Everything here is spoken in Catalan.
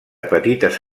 petites